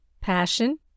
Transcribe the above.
passion